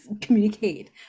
communicate